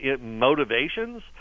motivations